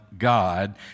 God